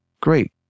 Great